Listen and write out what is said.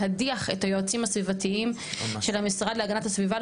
להדיח את היועצים הסביבתיים של המשרד להגנת הסביבה,